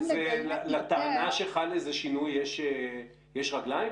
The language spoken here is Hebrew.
לטענה שחל איזה שינוי, יש רגליים?